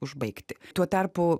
užbaigti tuo tarpu